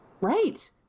Right